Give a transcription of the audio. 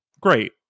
great